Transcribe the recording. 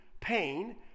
pain